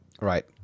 Right